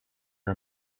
are